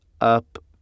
up